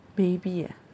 maybe ah